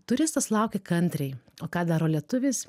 turistas laukia kantriai o ką daro lietuvis